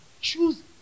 choose